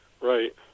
right